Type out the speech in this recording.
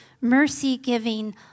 mercy-giving